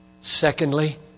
Secondly